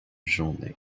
journey